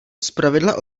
zpravidla